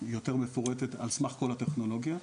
יותר מפורטת על סמך כל הטכנולוגיות.